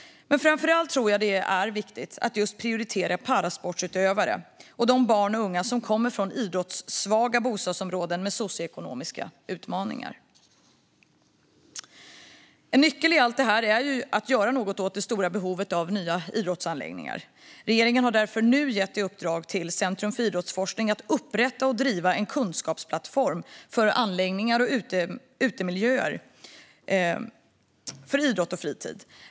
Men framför allt tror jag att det är viktigt att prioritera parasportsutövare och de barn och unga som kommer från idrottssvaga bostadsområden med socioekonomiska utmaningar. En nyckel i allt detta är att göra något åt det stora behovet av nya idrottsanläggningar. Regeringen har därför nu gett Centrum för idrottsforskning i uppdrag att upprätta och driva en kunskapsplattform för anläggningar och utemiljöer för idrott och fritid.